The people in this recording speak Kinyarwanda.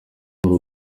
muri